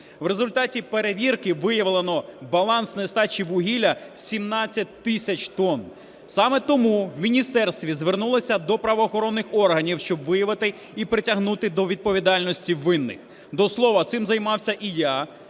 В результаті перевірки виявлено баланс нестачі вугілля 17 тисяч тонн. Саме тому в Міністерстві звернулися до правоохоронних органів, щоб виявити і притягнути до відповідальності винних. До слова, цим займався і я,